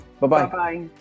Bye-bye